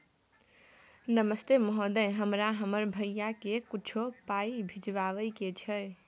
नमस्ते महोदय, हमरा हमर भैया के कुछो पाई भिजवावे के छै?